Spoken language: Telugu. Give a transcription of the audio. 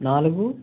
నాలుగు